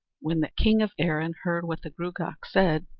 when the king of erin heard what the gruagach said,